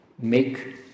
make